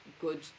good